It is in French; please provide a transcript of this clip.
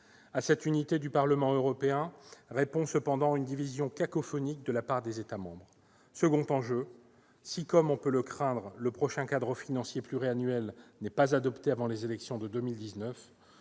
À cette unité du Parlement européen répond cependant une division cacophonique des États membres. Deuxièmement, si, comme on peut le craindre, le prochain cadre financier pluriannuel n'est pas adopté avant les élections de 2019,